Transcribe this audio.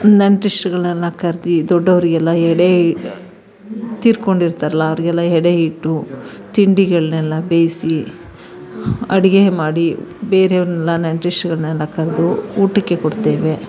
ನೆಂಟ್ರಿಷ್ಟ್ರುಗಳನ್ನೆಲ್ಲ ಖರೀದಿ ದೊಡ್ಡವರಿಗೆಲ್ಲ ಎಡೆ ತೀರ್ಕೊಂಡಿರ್ತಾರಲ್ಲ ಅವರಿಗೆಲ್ಲ ಎಡೆ ಇಟ್ಟು ತಿಂಡಿಗಳನ್ನೆಲ್ಲ ಬೇಯಿಸಿ ಅಡುಗೆ ಮಾಡಿ ಬೇರೆಯವ್ರನ್ನೆಲ್ಲ ನೆಂಟ್ರಿಷ್ಟ್ರುಗಳ್ನೆಲ್ಲ ಕರೆದು ಊಟಕ್ಕೆ ಕೊಡ್ತೇವೆ